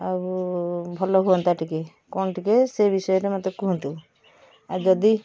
ଆଉ ଭଲହୁଅନ୍ତା ଟିକେ କ'ଣ ଟିକେ ସେ ବିଷୟରେ ମୋତେ କୁହନ୍ତୁ ଆଉ ଯଦି